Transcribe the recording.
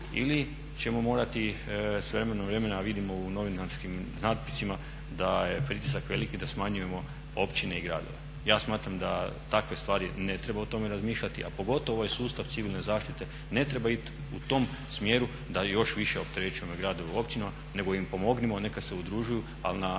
Ili ćemo morati s vremena na vrijeme, a vidimo u novinskim natpisima da je pritisak veliki, da smanjujemo općine i gradove. Ja smatram da takve stvari ne treba o tome razmišljati, a pogotovo ovaj sustav civilne zaštite ne treba ići u tom smjeru da još više opterećujemo gradove i općine nego im pomognimo neka se udružuju ali na